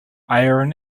iron